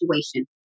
situation